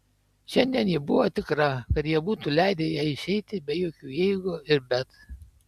šiandien ji buvo tikra kad jie būtų leidę jai išeiti be jokių jeigu ir bet